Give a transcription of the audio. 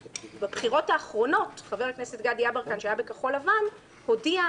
בבחירות האחרונות חבר הכנסת גדי יברקן שהיה בכחול לבן הודיע,